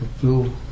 Blue